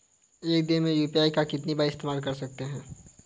एक दिन में यू.पी.आई का कितनी बार इस्तेमाल कर सकते हैं?